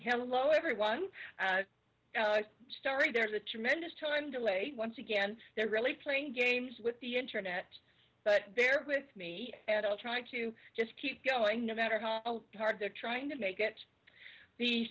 hello everyone story there's a tremendous time delay once again they're really playing games with the internet but they're with me at all trying to just keep going no matter how hard they're trying to make it the